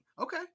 Okay